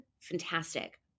fantastic